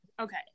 Okay